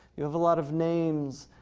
you have a lot of names,